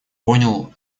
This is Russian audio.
понял